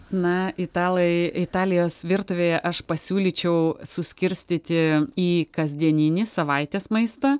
na italai italijos virtuvėje aš pasiūlyčiau suskirstyti į kasdieninį savaitės maistą